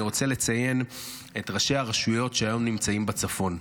אני רוצה לציין את ראשי הרשויות שהיום נמצאים בצפון,